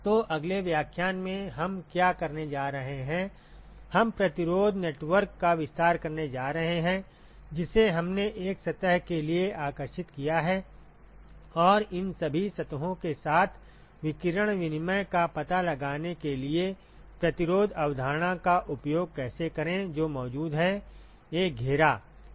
तो अगले व्याख्यान में हम क्या करने जा रहे हैं हम प्रतिरोध नेटवर्क का विस्तार करने जा रहे हैं जिसे हमने एक सतह के लिए आकर्षित किया है और इन सभी सतहों के साथ विकिरण विनिमय का पता लगाने के लिए प्रतिरोध अवधारणा का उपयोग कैसे करें जो मौजूद है एक घेरा